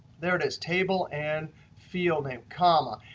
there it is table and field name, comma.